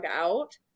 out